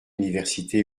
université